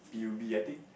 p_u_b I think